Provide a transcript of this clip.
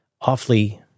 awfully